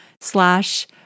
slash